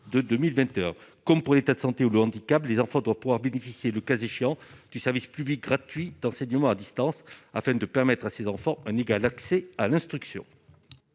heures comme pour l'état de santé ou de handicaps des enfants, de pouvoir bénéficier, le cas échéant, du service public gratuit d'enseignement à distance afin de permettre à ses enfants un égal accès à l'instruction.